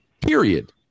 period